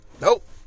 Nope